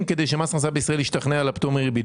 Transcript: כדי שמס הכנסה בישראל ישתכנע על הפטור מריבית.